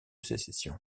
sécession